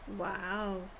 Wow